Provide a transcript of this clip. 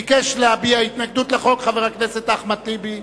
ביקש להביע התנגדות לחוק חבר הכנסת אחמד טיבי.